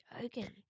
joking